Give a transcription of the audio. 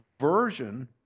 version